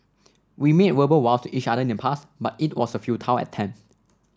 we made verbal vows to each other in the past but it was a futile attempt